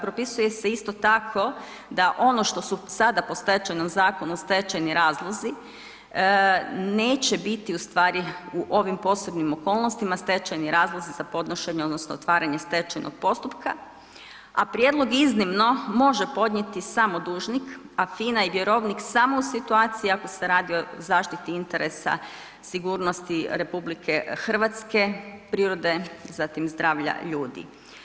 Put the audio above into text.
Propisuju se i, propisuje se isto tako da ono što su sada po Stečajnom zakonu stečajni razlozi, neće biti ustvari u ovim posebnim okolnostima, stečajni razlozi za podnošenje odnosno otvaranje stečajnog postupka, a prijedlog iznimno može podnijeti samo dužnik, a FINA i vjerovnik samo u situaciji ako se radi o zaštiti interesa sigurnosti RH, prirode, zatim zdravlja ljudi.